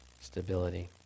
stability